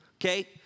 okay